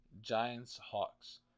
Giants-Hawks